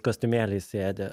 kostiumėliais sėdi